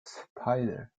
spider